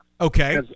Okay